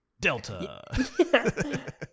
Delta